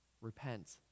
Repent